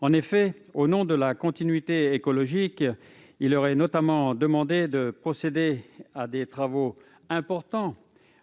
Au nom de la continuité écologique, il leur est en particulier demandé de procéder à des travaux importants,